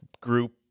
group